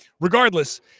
regardless